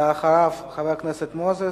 ואחריו, חבר הכנסת מנחם אליעזר מוזס,